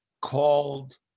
called